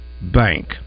Bank